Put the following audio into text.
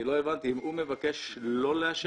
לא הבנתי, הוא מבקש לא לאשר?